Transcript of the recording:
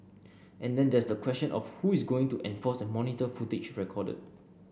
and then there's the question of who is going to enforce and monitor footage recorded